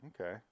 Okay